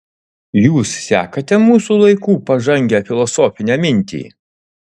jūs sekate mūsų laikų pažangią filosofinę mintį